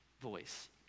voice